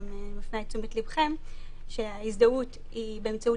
אני מפנה את תשומת לבכם לכך שההזדהות היא באמצעות